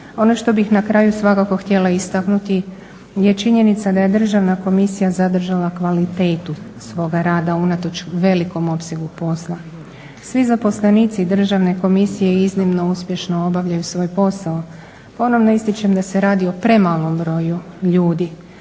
Ono što bih na kraju svakako htjela istaknuti je činjenica da je Državna komisija zadržala kvalitetu svoga rada unatoč velikom opsegu posla. Svi zaposlenici Državne komisije iznimno uspješno obavljaju svoj posao. Ponovno ističem da se radi o premalom broju ljudi